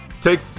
take